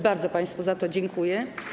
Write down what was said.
Bardzo państwu za to dziękuję.